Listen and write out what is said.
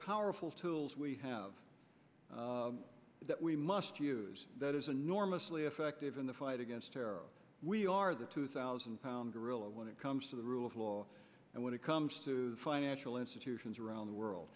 powerful tools we have that we must use that is enormously effective in the fight against terror we are the two thousand pound gorilla when it comes to the rule of law and when it comes to financial institutions around the world